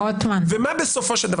מה בסופו של דבר